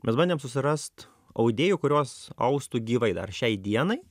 mes bandėm susirast audėjų kurios austų gyvai dar šiai dienai